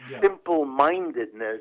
simple-mindedness